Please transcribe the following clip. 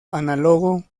análogo